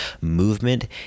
movement